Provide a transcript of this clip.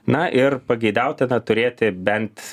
na ir pageidautina turėti bent